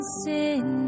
sin